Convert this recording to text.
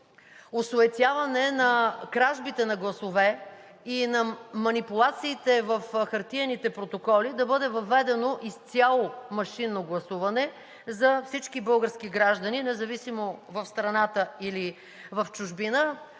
осуетяване на кражбите на гласове и на манипулациите в хартиените протоколи, да бъде въведено изцяло машинно гласуване за всички български граждани, независимо в страната или в чужбина.